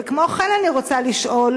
כמו כן אני רוצה לשאול: